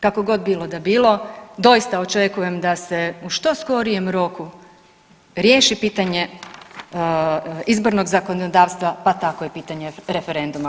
Kako god bilo da bilo doista očekujem da se u što skorijem roku riješi pitanje izbornog zakonodavstva, pa tako i pitanje referenduma.